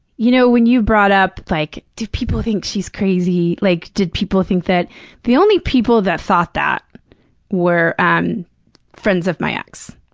you know when you brought up, like, do people think she's crazy? like, did people think that the only people that thought that were um friends of my ex.